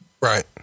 Right